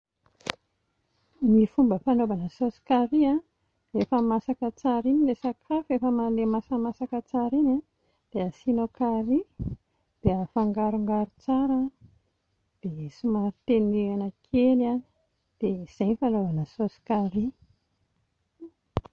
Ny fomba fanaovana saosy curry a, rehefa masaka tsara iny ilay sakafo, efa male- masamasaka tsara iny a dia asianao curry dia afangarongaro tsara dia somary tenehina kely a dia izay no fanaovana saosy curry.